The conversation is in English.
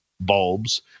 bulbs